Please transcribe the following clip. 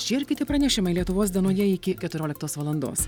šie ir kiti pranešimai lietuvos dienoje iki keturioliktos valandos